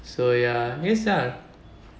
so ya